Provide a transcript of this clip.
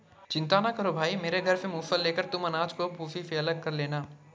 चिंता ना करो भाई मेरे घर से मूसल लेकर तुम अनाज को भूसी से अलग कर लेना